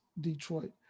Detroit